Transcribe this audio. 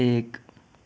एक